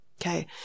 Okay